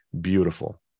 Beautiful